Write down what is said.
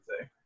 say